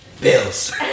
Bills